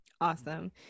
Awesome